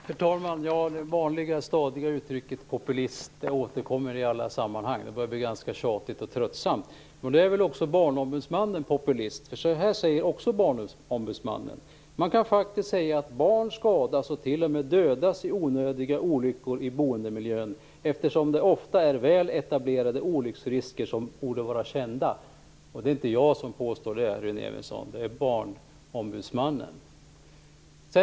Herr talman! Det vanliga uttrycket "populist" återkommer i alla sammanhang. Det börjar bli ganska tjatigt och tröttsamt. Även Barnombudsmannen är väl populist. Så här säger Barnombudsmannen: Man kan faktiskt säga att barn skadas och t.o.m. dödas i onödiga olyckor i boendemiljön eftersom det ofta är väl etablerade olycksrisker som borde vara kända. Det är inte jag som påstår det här, Rune Evensson; det är Barnombudsmannen.